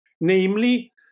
Namely